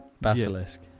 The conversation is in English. Basilisk